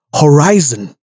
horizon